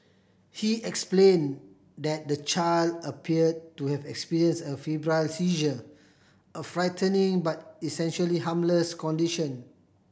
he explain that the child appear to have experience a febrile seizure a frightening but essentially harmless condition